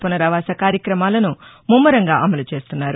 పునరావాస కార్యక్రమాలను ముమ్మరంగా అమలు చేస్తున్నారు